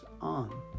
on